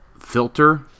filter